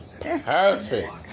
Perfect